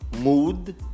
mood